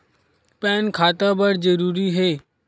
Pan खाता बर जरूरी हे?